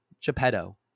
geppetto